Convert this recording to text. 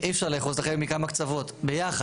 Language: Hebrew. אי אפשר לאחוז את החבל מכמה קצוות ביחד.